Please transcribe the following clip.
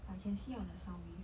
I can see on the sound wave